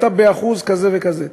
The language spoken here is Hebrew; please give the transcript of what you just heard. אתה באחוז כזה וכזה.